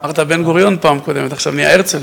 אמרת בן-גוריון בפעם הקודמת, עכשיו נהיה הרצל.